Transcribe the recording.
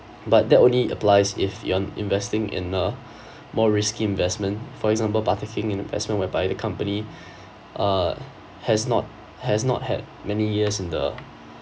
but that only applies if you're investing in a more risky investment for example partaking in investment whereby the company uh has not has not had many years in the